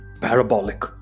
parabolic